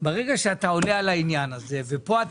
ברגע שאתה עולה על העניין הזה ופה אתה